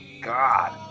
God